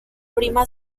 prima